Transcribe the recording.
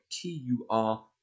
T-U-R